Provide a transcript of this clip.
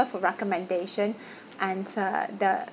her recommendation and uh the